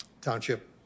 township